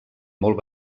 molt